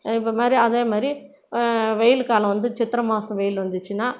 இப்போ மாரி அதே மாதிரி வெயில் காலம் வந்து சித்திரை மாதம் வெயில் வந்துச்சின்னால்